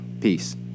Peace